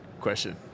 question